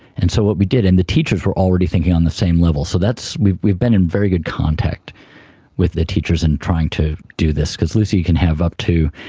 and so what we did, and the teachers were already thinking on the same level, so we've we've been in very good contact with the teachers in trying to do this, because lucy can have up to,